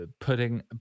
putting